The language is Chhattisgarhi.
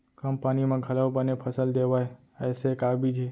कम पानी मा घलव बने फसल देवय ऐसे का बीज हे?